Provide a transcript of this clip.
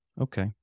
Okay